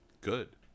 Good